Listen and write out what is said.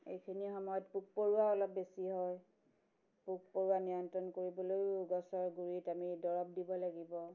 এইখিনি সময়ত পোক পৰুৱা অলপ বেছি হয় পোক পৰুৱা নিয়ন্ত্ৰণ কৰিবলৈও গছৰ গুড়িত আমি দৰৱ দিব লাগিব